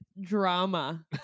drama